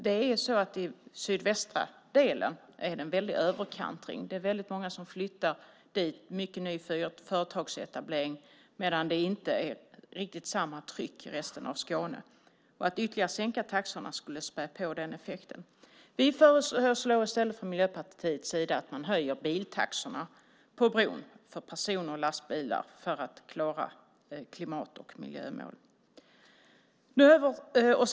Det är så att det i den sydvästra delen är en väldig överkantring. Det är väldigt många som flyttar dit och det sker mycket ny företagsetablering medan det inte är riktigt samma tryck i resten av Skåne. Att ytterligare sänka taxorna skulle spä på den effekten. Vi föreslår i stället från Miljöpartiets sida att man höjer biltaxorna på bron för person och lastbilar för att klara klimat och miljömålen.